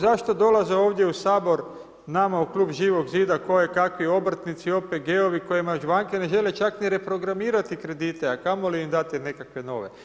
Zašto dolaze ovdje u Sabor nama u klub Živog zida kojekakvi obrtnici, OPG-ovi kojima banke ne žele čak ni reprogramirati kredite a kamoli im dati nekakve nove.